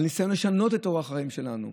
על ניסיון לשנות את אורח החיים שלנו.